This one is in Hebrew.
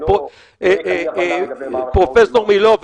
פרופ' מילוא.